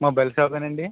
mobile షాపేనాండి